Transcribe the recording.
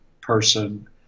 person